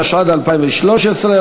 התשע"ד 2013,